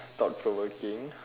thought provoking